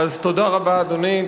אז תודה רבה, אדוני.